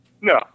No